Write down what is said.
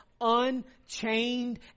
unchained